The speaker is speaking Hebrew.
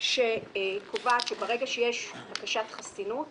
שקובעת שברגע שיש בקשת חסינות,